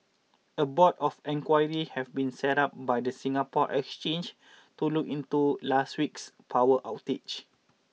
a board of inquiry have been set up by the Singapore Exchange to look into last week's power outage